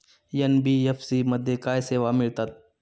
NBFC मध्ये काय सेवा मिळतात?